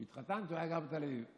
כשהתחתנתי, הוא היה גר בתל אביב.